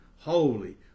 Holy